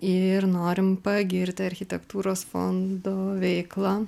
ir norim pagirt architektūros fondo veiklą